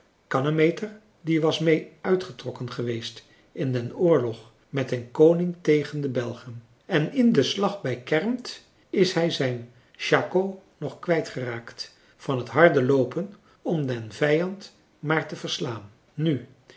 kannemeter die was mee uitgetrokken geweest in den oorlog met den koning tegen de belgen en in den slag bij kermpt is hij zijn schako nog kwijtgeraakt van het harde loopen om den vijand maar te verslaan nu